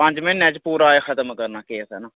पंज म्हीने च पूरा खतम करना केस ऐ ना